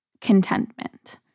contentment